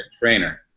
trainer